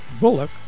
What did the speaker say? Bullock